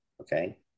Okay